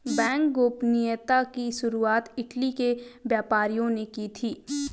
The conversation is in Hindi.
बैंक गोपनीयता की शुरुआत इटली के व्यापारियों ने की थी